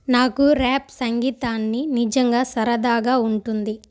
నాకు ర్యాప్ సంగీతాన్ని నిజంగా సరదాగా ఉంటుంది